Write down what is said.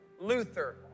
Luther